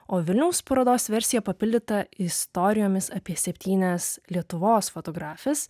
o vilniaus parodos versija papildyta istorijomis apie septynias lietuvos fotografes